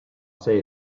say